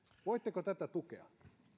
voitteko tätä tukea